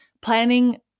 planning